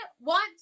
want